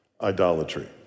idolatry